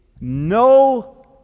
no